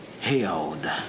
held